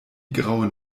grauen